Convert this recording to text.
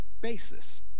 basis